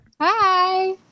Hi